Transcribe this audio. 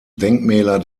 denkmäler